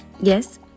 yes